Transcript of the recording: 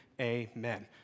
amen